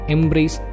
Embrace